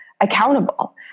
accountable